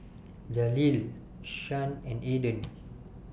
Jaleel Shan and Aydan